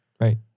right